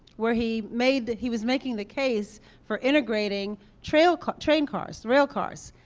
where he made he was making the case for integrating train cars train cars rail cars.